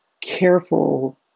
careful